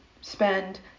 spend